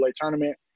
tournament